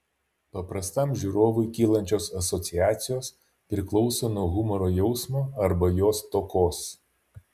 paprastam žiūrovui kylančios asociacijos priklauso nuo humoro jausmo arba jo stokos